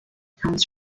comes